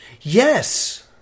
Yes